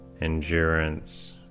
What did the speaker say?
endurance